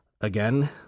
again